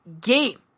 game